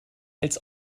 als